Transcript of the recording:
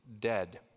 dead